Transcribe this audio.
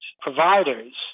providers